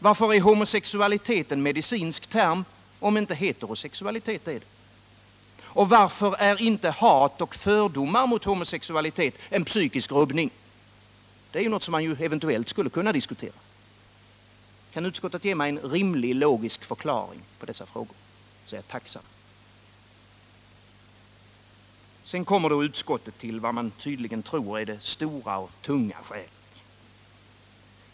Varför är homosexualitet en medicinsk term, om inte heterosexualitet är det? Och varför är inte hat och fördomar mot sexualitet en psykisk rubbning? Det är ju någonting som man eventuellt skulle kunna diskutera. Kan utskottets talesman ge mig en rimlig förklaring som svar på dessa frågor så är jag tacksam. Sedan kommer utskottet till vad man tydligen tror är det stora, tunga skälet.